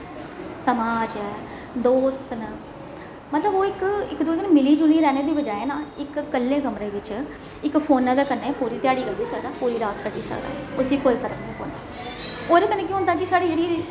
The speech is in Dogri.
समाज ऐ दोस्त न मतलब ओह् इक इक दूए कन्नै मिली जुलियै रैहने दी बजाए न इक कल्ले कमरे बिच्च इक फोने दे कन्नै पूरी ध्याड़ी कड्ढी सकदा पूरी रात कड्ढी सकदा उसी कोई फर्क नेईं पौंदा ओह्दे कन्नै केह् होंदा कि साढ़ी जेह्ड़ी